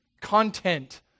Content